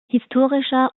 historischer